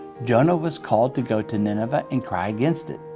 jonah was called to go to nineveh and cry against it,